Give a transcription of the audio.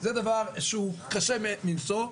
זה דבר שהוא קשה מנושא,